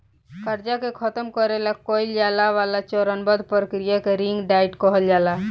कर्जा के खतम करे ला कइल जाए वाला चरणबद्ध प्रक्रिया के रिंग डाइट कहल जाला